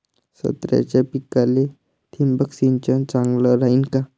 संत्र्याच्या पिकाले थिंबक सिंचन चांगलं रायीन का?